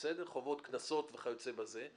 חובות, קנסות וכיוצא בזה.